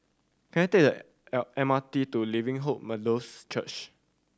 can I take the L M R T to Living Hope Methodist Church